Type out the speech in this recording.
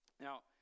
Now